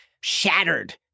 shattered